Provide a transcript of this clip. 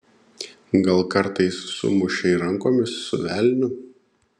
gal kartais sumušei rankomis su velniu